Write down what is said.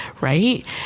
Right